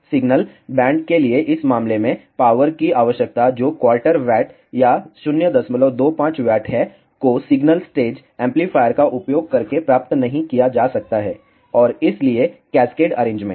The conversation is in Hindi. सिंगल बैंड के लिए इस मामले में पावर की आवश्यकता जो क्वार्टर वाट या 025 वाट है को सिंगल स्टेज एम्पलीफायर का उपयोग करके प्राप्त नहीं किया जा सकता है और इसलिए कैस्केड अरेंजमेंट